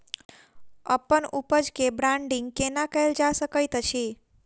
अप्पन उपज केँ ब्रांडिंग केना कैल जा सकैत अछि?